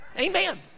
Amen